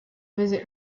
visit